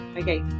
okay